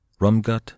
Rumgut